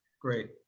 Great